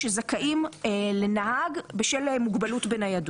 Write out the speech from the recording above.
שזכאים לנהג בשל מוגבלות בניידות.